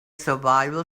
survival